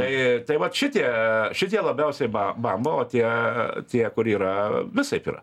tai tai va šitie šitie labiausiai arba bamba o tie tie kur yra visaip yra